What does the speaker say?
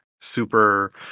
super